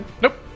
Nope